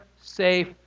safe